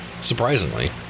Surprisingly